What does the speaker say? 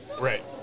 right